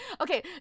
okay